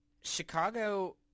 Chicago